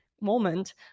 moment